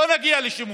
לא נגיע לשימוש,